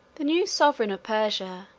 the new sovereign of persia,